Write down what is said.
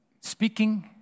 speaking